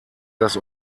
das